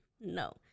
No